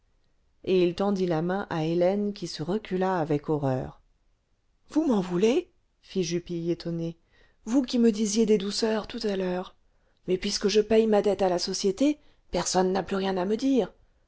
et il tendit la main à hélène qui se recula avec horreur vous m'en voulez fit jupille étonné vous qui me disiez des douceurs tout à l'heure mais puisque je paye ma dette à la société personne n'a plus rien à me dire